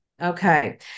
Okay